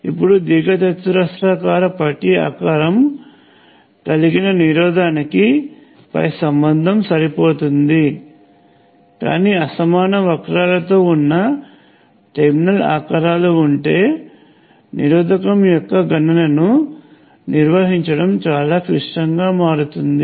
ఇప్పుడు దీర్ఘచతురస్రాకార పట్టీ ఆకారము కలిగిన నిరోధానికి పై సంబంధము సరిపోతుంది కానీ అసమాన వక్రాలతో ఉన్న టెర్మినల్ ఆకారాలు ఉంటే నిరోధకం యొక్క గణనను నిర్వహించడం చాలా క్లిష్టంగా మారుతుంది